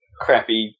crappy